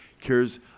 cares